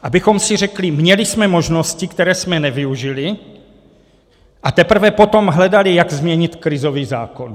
Abychom si řekli měli jsme možnosti, které jsme nevyužili, a teprve potom hledali, jak změnit krizový zákon.